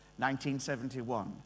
1971